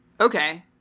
Okay